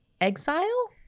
exile